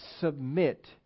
submit